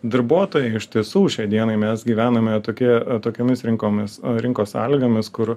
darbuotojai iš tiesų šiai dienai mes gyvename tokie tokiomis rinkomis rinkos sąlygomis kur